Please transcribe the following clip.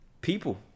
people